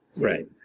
Right